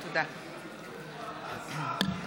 (קוראת בשמות חברי הכנסת)